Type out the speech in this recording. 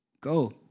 Go